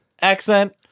accent